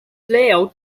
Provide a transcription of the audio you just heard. layout